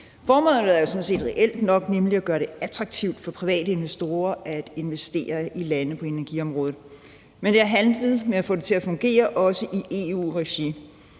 er sådan set reelt nok, nemlig at gøre det attraktivt for private investorer at investere i lande på energiområdet, men det har haltet med at få det til at fungere, også i EU-regi.